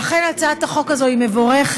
לכן, הצעת החוק הזאת היא מבורכת,